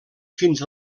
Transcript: fins